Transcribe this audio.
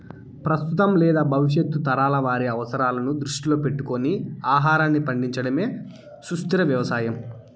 ప్రస్తుతం లేదా భవిష్యత్తు తరాల వారి అవసరాలను దృష్టిలో పెట్టుకొని ఆహారాన్ని పండించడమే సుస్థిర వ్యవసాయం